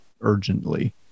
urgently